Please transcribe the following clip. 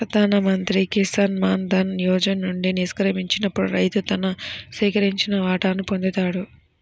ప్రధాన్ మంత్రి కిసాన్ మాన్ ధన్ యోజన నుండి నిష్క్రమించినప్పుడు రైతు తన సేకరించిన వాటాను పొందుతాడు